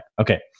Okay